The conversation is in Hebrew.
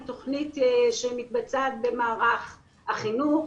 היא תוכנית שמתבצעת במערך החינוך,